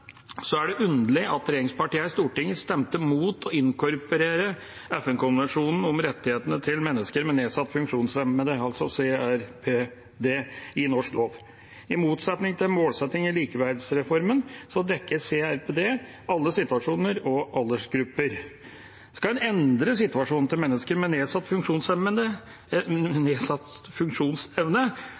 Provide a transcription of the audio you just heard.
er det underlig at regjeringspartiene i Stortinget stemte mot å inkorporere FN-konvensjonen om rettighetene til mennesker med nedsatt funksjonsevne – CRPD – i norsk lov. I motsetning til målsettingen i likeverdsreformen dekker CRPD alle situasjoner og aldersgrupper. Skal man endre situasjonen til mennesker med nedsatt